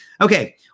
okay